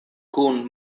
kun